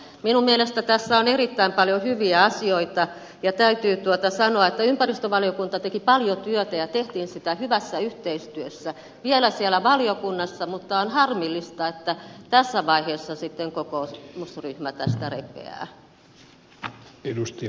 minun mielestäni tässä on erittäin paljon hyviä asioita ja täytyy sanoa että ympäristövaliokunta teki paljon työtä ja sitä tehtiin hyvässä yhteistyössä vielä siellä valiokunnassa mutta on harmillista että tässä vaiheessa sitten kokoomusryhmä tästä repeää